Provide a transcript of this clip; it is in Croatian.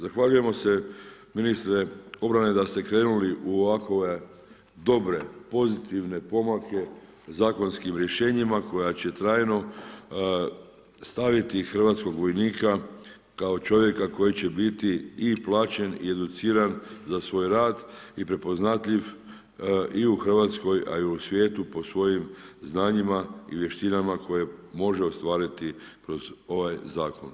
Zahvaljujemo se ministre obrane da ste krenuli u ovakove dobre, pozitivne pomake zakonskim rješenjima koja će trajno staviti hrvatskog vojnika kao čovjeka koji će biti i plaćen i educiran za svoj rad i prepoznatljiv i u Hrvatskoj, a i u svijetu po svojim znanjima i vještinama koje može ostvariti kroz ovaj zakon.